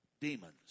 demons